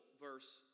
verse